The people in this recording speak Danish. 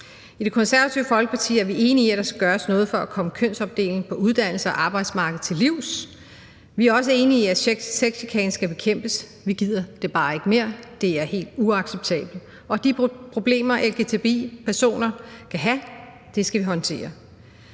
I Det Konservative Folkeparti er vi enige i, at der skal gøres noget for at komme kønsopdelingen på uddannelser og arbejdsmarkedet til livs. Vi er også enige i, at sexchikane skal bekæmpes. Vi gider det bare ikke mere, det er helt uacceptabelt, og de problemer, lgbti-personer kan have, skal vi håndtere.